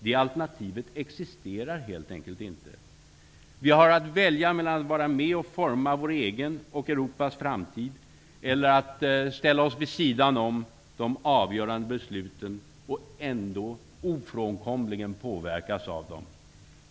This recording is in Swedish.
Det alternativet existerar helt enkelt inte. Vi har att välja mellan att vara med och forma vår egen och Europas framtid eller att ställa oss vid sidan om de avgörande besluten och ändå ofrånkomligen påverkas av dem.